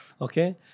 Okay